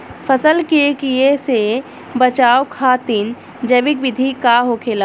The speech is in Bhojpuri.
फसल के कियेसे बचाव खातिन जैविक विधि का होखेला?